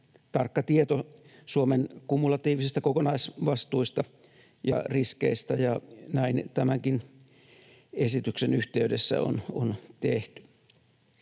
tarkka tieto Suomen kumulatiivisista kokonaisvastuista ja riskeistä, ja näin tämänkin esityksen yhteydessä on tehty.